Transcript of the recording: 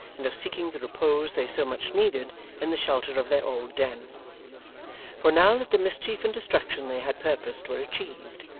and of seeking the repose they so much needed in the shelter of their old den for now that the mischief and destruction they had purposed were achieved,